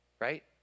right